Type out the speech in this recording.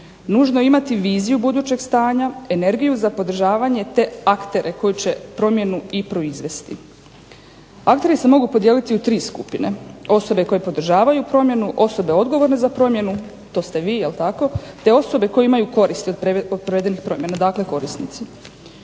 Nužno je imati viziju budućeg stanja, energiju za podržavanje, te aktere koji će promjenu i proizvesti. Akteri se mogu podijeliti u tri skupine – osobe koje podržavaju promjenu, osobe odgovorne za promjenu to ste vi jel' tako, te osobe koje imaju koristi od provedenih promjena, dakle korisnici.